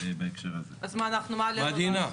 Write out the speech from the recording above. בהקשר הזה את אותו רעיון,